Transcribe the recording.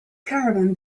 caravan